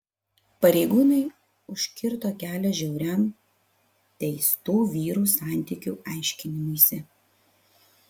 pareigūnai užkirto kelią žiauriam teistų vyrų santykių aiškinimuisi